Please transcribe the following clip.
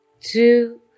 two